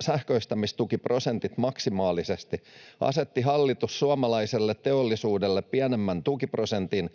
sähköistämistukiprosentit maksimaalisesti, asetti hallitus suomalaiselle teollisuudelle pienemmän tukiprosentin,